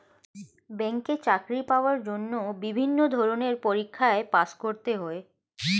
ব্যাংকে চাকরি পাওয়ার জন্য বিভিন্ন ধরনের পরীক্ষায় পাস করতে হয়